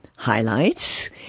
highlights